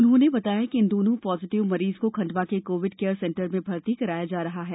उन्होंने बताया कि इन दोनों पॉजिटिव मरीज को खण्डवा के कोविड केयर सेंटर में भर्ती कराया जा रहा है